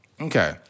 Okay